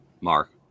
Mark